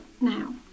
now